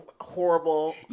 horrible